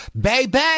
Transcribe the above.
Baby